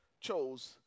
chose